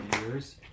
years